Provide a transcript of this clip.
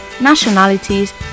nationalities